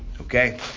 Okay